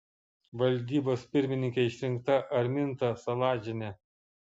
valdybos pirmininke išrinkta arminta saladžienė